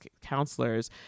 counselors